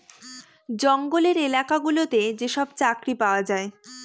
জঙ্গলের এলাকা গুলোতে যেসব চাকরি পাওয়া যায়